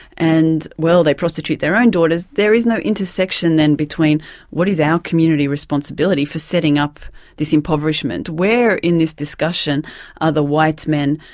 and well, they prostitute their own daughters there is no intersection then between what is our community responsibility for setting up this impoverishment? where in this discussion are the white men,